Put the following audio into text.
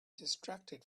distracted